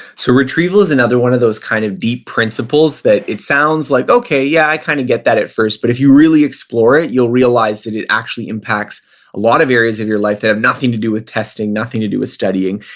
so retrieval is another one of those kind of deep principles that it sounds like, okay, yeah i kind of get that at first. but if you really explore it, you'll realize that it actually impacts a lot of areas of your life that have and nothing to do with testing, nothing to do with studying.